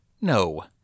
no